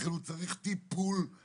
לכן הוא צריך טיפול מיוחד,